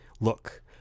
Look